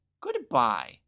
Goodbye